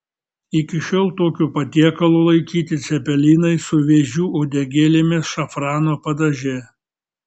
iki šiol tokiu patiekalu laikyti cepelinai su vėžių uodegėlėmis šafrano padaže